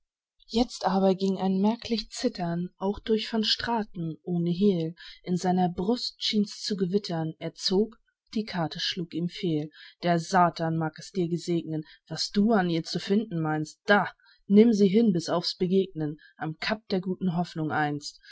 jetzt aber ging ein merklich zittern auch durch van straten ohne hehl in seiner brust schien's zu gewittern er zog die karte schlug ihm fehl der satan mag es dir gesegnen was du an ihr zu finden meinst da nimm sie hin bis aufs begegnen am cap der guten hoffnung einst